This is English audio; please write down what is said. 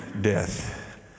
death